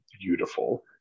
beautiful